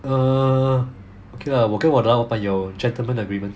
err okay lah 我跟我的老板有 gentlemen agreement